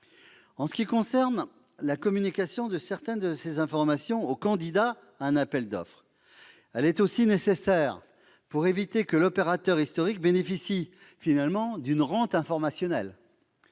Par ailleurs, la communication de certaines de ces informations aux candidats à un appel d'offres est aussi nécessaire pour éviter que l'opérateur historique ne bénéficie d'une rente informationnelle